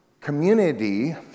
community